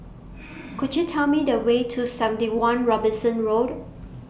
Could YOU Tell Me The Way to seventy one Robinson Road